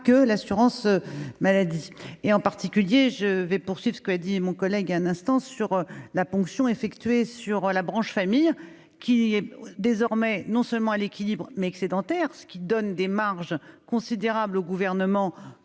que l'assurance maladie et en particulier je vais poursuivent ce que a dit mon collègue un instant sur la ponction effectuée sur la branche famille qui est désormais non seulement à l'équilibre, mais excédentaire, ce qui donne des marges considérables au gouvernement